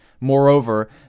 Moreover